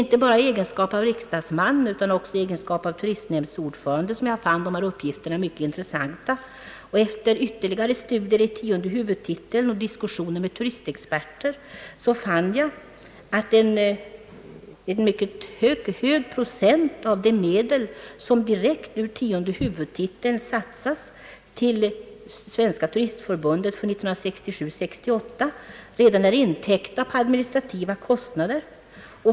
Inte bara i egenskap av riksdagsledamot utan också i egenskap av turistnämndsordförande fann jag dessa uppgifter intressanta. Efter ytterligare studier i tionde huvudtiteln och diskussioner med turistexperter fann jag att en mycket hög procent av de medel som direkt ur tionde huvudtiteln satsas på STTF för 1967/68 redan var intäckta på administrativa kostnader.